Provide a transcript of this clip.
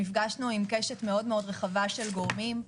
נפגשנו עם קשת מאוד רחבה של גורמים.